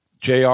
JR